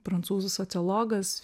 prancūzų sociologas